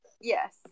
Yes